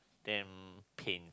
damn pain